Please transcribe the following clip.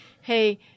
hey